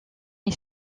est